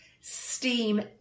steam